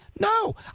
no